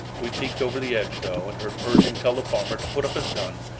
we peeked over the edge, though, and heard pershing tell the farmer to put up his gun,